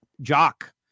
Jock